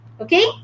okay